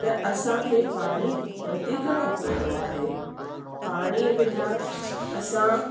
त असांखे पाणी वधीक खपंदो आहे पाणीअ बिना असां